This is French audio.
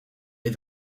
les